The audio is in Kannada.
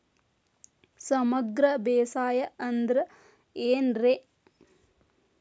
ಸಮಗ್ರ ಬೇಸಾಯ ಅಂದ್ರ ಏನ್ ರೇ?